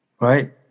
right